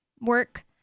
work